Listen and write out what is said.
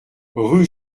rue